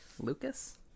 Lucas